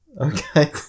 Okay